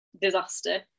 disaster